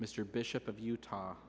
mr bishop of utah